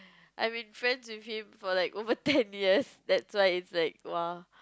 I've been friends with him for like over ten years that's why it's like !wah!